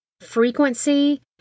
frequency